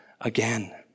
again